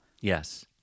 Yes